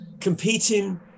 competing